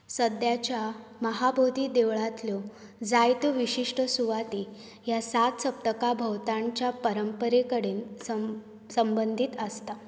सद्याच्या महाबोधी देवळांतल्यो जायत्यो विशिश्ट सुवाती ह्या सात सप्तकां भोंवतणच्या परंपरे कडेन संबंदीत आसात